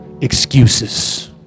excuses